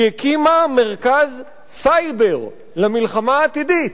היא הקימה מרכז סייבר למלחמה העתידית.